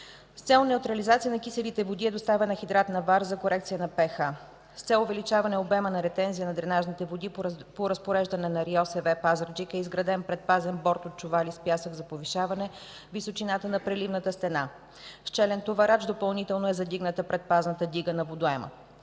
С цел неутрализация на киселите води е доставена хидратна вар за корекция на рН. С цел увеличаване обема за ретензия на дренажните води, по разпореждане на РИОСВ – Пазарджик, е изграден предпазен борд от чували с пясък за повишаване височината на преливната стена. С челен товарач допълнително е задигната предпазната дига на водоема.